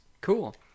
Cool